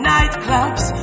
nightclubs